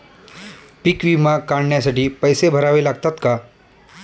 पीक विमा काढण्यासाठी पैसे भरावे लागतात का?